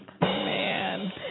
Man